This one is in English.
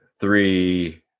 three